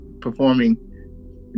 performing